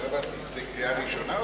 זו קריאה ראשונה?